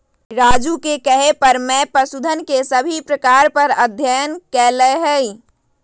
राजू के कहे पर मैं पशुधन के सभी प्रकार पर अध्ययन कैलय हई